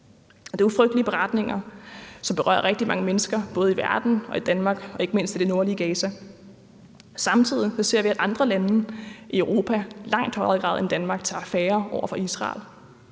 Det er jo frygtelig beretninger, som berører rigtig mange mennesker både i verden og i Danmark og ikke mindst i det nordlige Gaza. Samtidig ser vi, at andre lande i Europa i langt højere grad end Danmark tager affære over for Israel.